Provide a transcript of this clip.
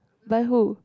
by who